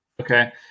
Okay